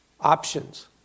options